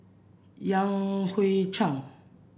Yan Hui Chang